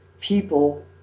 people